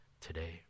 today